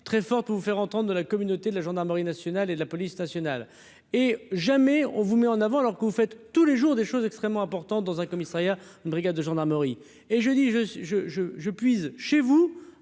très forte faire entendre de la communauté de la gendarmerie nationale et de la police nationale et jamais on vous met en avant, alors que vous faites tous les jours des choses extrêmement importantes dans un commissariat, une brigade de gendarmerie et je dis je, je, je, je puise chez vous,